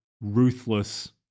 ruthless